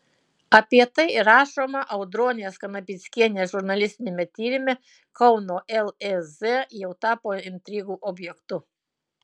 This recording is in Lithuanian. apie tai rašoma audronės kanapickienės žurnalistiniame tyrime kauno lez jau tapo intrigų objektu